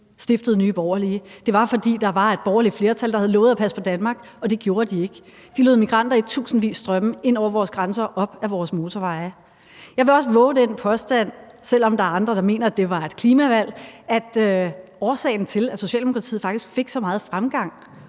stiftede Nye Borgerlige. Det var, fordi der var et borgerligt flertal, der havde lovet at passe på Danmark, og det gjorde de ikke; de lod migranter i tusindvis strømme ind over vores grænser og bevæge sig op ad vores motorveje. Jeg vil vove den påstand – selv om der er andre, der mener, at det var et klimavalg – at årsagen til, at Socialdemokratiet faktisk fik så meget fremgang,